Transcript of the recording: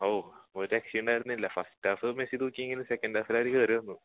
ഓ ഒരു രക്ഷയുമുണ്ടായിരുന്നില്ല first half Messi തുക്കിയെങ്കിലും സെക്കൻറ് ഹാഫിൽ അവർ കയറി വന്നു